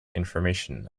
information